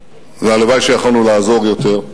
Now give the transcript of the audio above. והלוואי שיכולנו לעזור יותר.